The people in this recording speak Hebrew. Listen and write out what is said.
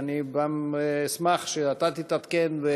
אני גם אשמח שאתה תתעדכן,